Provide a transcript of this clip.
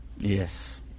Yes